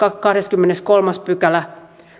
kahdeskymmeneskolmas pykälä